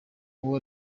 uwo